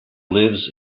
lives